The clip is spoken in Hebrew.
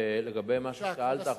לגבי מה ששאלת,